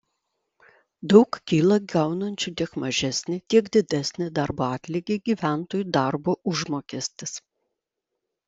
daug kyla gaunančių tiek mažesnį tiek didesnį darbo atlygį gyventojų darbo užmokestis